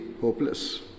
hopeless